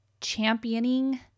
championing